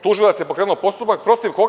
Tužilac je pokrenuo postupak – protiv koga?